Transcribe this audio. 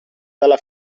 dalla